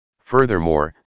Furthermore